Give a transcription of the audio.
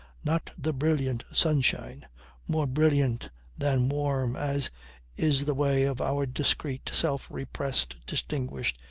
not the brilliant sunshine more brilliant than warm as is the way of our discreet self-repressed, distinguished,